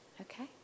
Okay